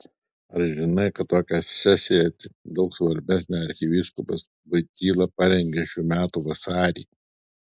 ar žinai kad tokią sesiją tik daug svarbesnę arkivyskupas voityla parengė šių metų vasarį